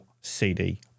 CD